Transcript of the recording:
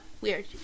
weird